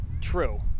True